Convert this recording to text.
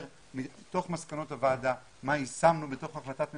מתוך מסקנות הוועדה מה יישמנו בתוך החלטת הממשלה,